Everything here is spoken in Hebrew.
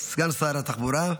סגן שר התחבורה,